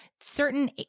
certain